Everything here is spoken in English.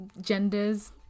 genders